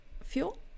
fuel